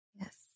Yes